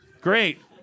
Great